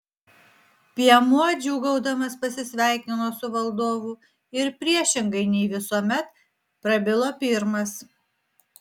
piemuo džiūgaudamas pasisveikino su valdovu ir priešingai nei visuomet prabilo pirmas